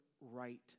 right